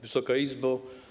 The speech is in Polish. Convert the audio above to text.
Wysoka Izbo!